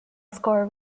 score